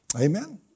Amen